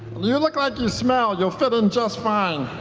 you you look like you smell. you'll fit in just fine.